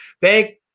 Thank